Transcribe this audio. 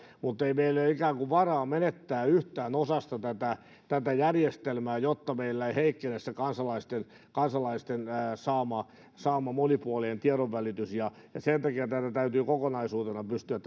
mutta ei meillä ole ikään kuin varaa menettää yhtään osaa tästä järjestelmästä jotta meillä ei heikkene kansalaisten kansalaisten saama saama monipuolinen tiedonvälitys ja sen takia tätä asiaa täytyy kokonaisuutena pystyä